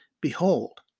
Behold